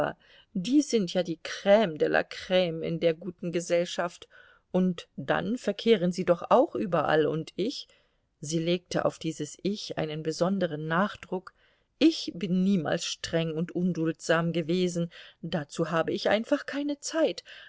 die sind ja die crme de la crme in der guten gesellschaft und dann verkehren sie doch auch überall und ich sie legte auf dieses ich einen besonderen nachdruck ich bin niemals streng und unduldsam gewesen dazu habe ich einfach keine zeit